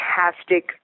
fantastic